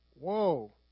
Whoa